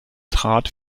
trat